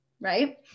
right